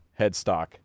headstock